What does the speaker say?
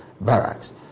barracks